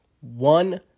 one